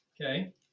okay